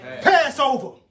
Passover